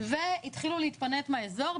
והתחילו להתפנות מהאזור,